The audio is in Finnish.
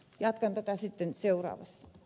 jatkan tätä sitten seuraavassa